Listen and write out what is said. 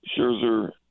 scherzer